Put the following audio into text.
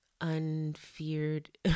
unfeared